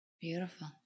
Beautiful